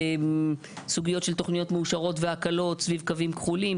בסוגיות של תוכניות מאושרות והקלות סביב קווים כחולים,